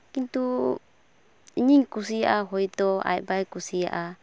ᱠᱤᱱᱛᱩ ᱤᱧᱤᱧ ᱠᱩᱥᱤᱭᱟᱜᱼᱟ ᱦᱚᱭᱛᱳ ᱟᱡ ᱵᱟᱭ ᱠᱩᱥᱤᱭᱟᱜᱼᱟ